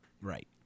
right